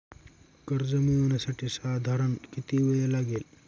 कर्ज मिळविण्यासाठी साधारण किती वेळ लागेल?